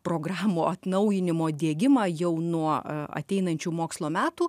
programų atnaujinimo diegimą jau nuo ateinančių mokslo metų